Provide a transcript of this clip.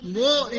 more